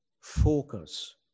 focus